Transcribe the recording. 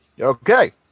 Okay